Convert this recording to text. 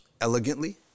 elegantly